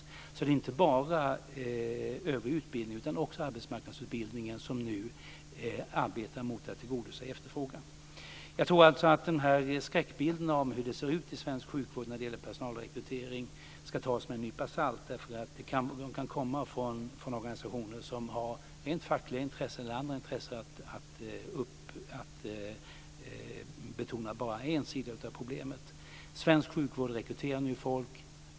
Det är alltså inte bara övrig utbildning utan också arbetsmarknadsutbildningen som nu arbetar mot att tillgodose efterfrågan. Jag tror alltså att de här skräckbilderna av hur det ser ut i svensk sjukvård när det gäller personalrekryteringen ska tas med en nypa salt. De kan komma från organisationer som har rent fackliga intressen eller andra intressen av att betona bara en sida av problemet. Svensk sjukvård rekryterar nu folk.